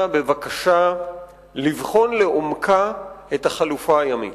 בבקשה לבחון לעומקה את החלופה הימית,